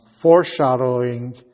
foreshadowing